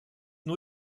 nur